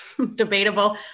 debatable